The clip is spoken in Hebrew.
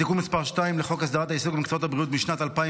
בתיקון מס' 2 לחוק הסדרת העיסוק במקצועות הבריאות בשנת 2010